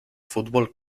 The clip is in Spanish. fútbol